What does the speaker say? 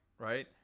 right